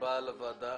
שבאת לוועדה.